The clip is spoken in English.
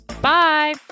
Bye